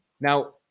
Now